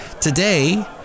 today